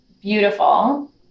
beautiful